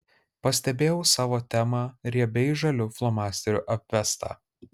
pastebėjau savo temą riebiai žaliu flomasteriu apvestą